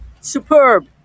Superb